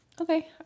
okay